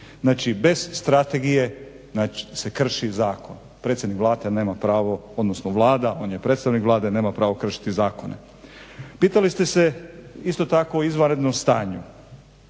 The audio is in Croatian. nema pravo, odnosno Vlada, on je predstavnik Vlade nema pravo kršiti zakone. Pitali ste se isto tako o izvanrednom stanju.